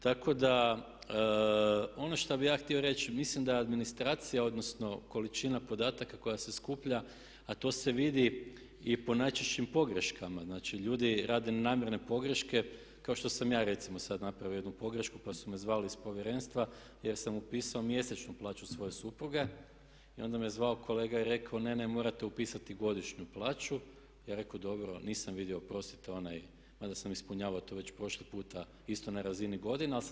Tako da ono šta bih ja htio reći mislim da administracija odnosno količina podataka koja se skuplja a to se vidi i po najčešćim pogreškama, znači ljudi rade namjerne pogreške kao što sam ja recimo sad napravio jednu pogrešku pa su me zvali iz Povjerenstva jer sam upisao mjesečnu plaću svoje supruge i onda me zvao kolega i rekao ne, ne morate upisati godišnju plaću, ja sam rekao dobro, nisam vidio, oprostite onaj, mada sam ispunjavao to već prošli puta isto na razini godine, ali sam